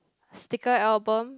sticker album